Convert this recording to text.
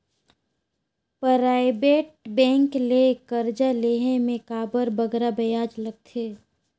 private bank ले करजा लेहे में काबर बगरा बियाज लगथे